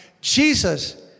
Jesus